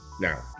now